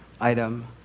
item